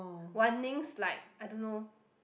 Wan-Ning's like I don't know